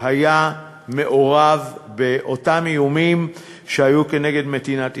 היה מעורב באותם איומים שהיו נגד מדינת ישראל?